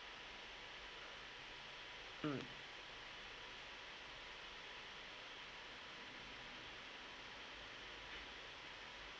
mm